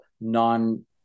non